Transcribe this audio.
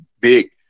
big